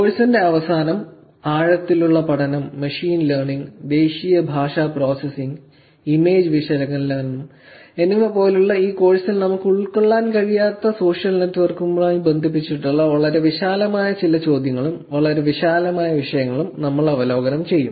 കോഴ്സിന്റെ അവസാനം ആഴത്തിലുള്ള പഠനം മെഷീൻ ലേണിംഗ് ദേശീയ ഭാഷാ പ്രോസസ്സിംഗ് ഇമേജ് വിശകലനം എന്നിവ പോലുള്ള ഈ കോഴ്സിൽ നമുക്ക് ഉൾക്കൊള്ളാൻ കഴിയാത്ത സോഷ്യൽ നെറ്റ്വർക്കുകളുമായി ബന്ധിപ്പിച്ചിട്ടുള്ള വളരെ വിശാലമായ ചില ചോദ്യങ്ങളും വളരെ വിശാലമായ വിഷയങ്ങളും നമ്മൾ അവലോകനം ചെയ്യും